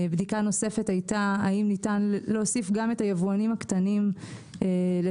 בדיקה נוספת היתה האם ניתן להוסיף גם את היבואנים הקטנים לתוך